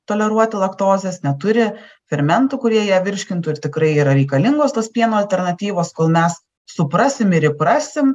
toleruoti laktozės neturi fermentų kurie ją virškintų ir tikrai yra reikalingos tos pieno alternatyvos kol mes suprasim ir įprasim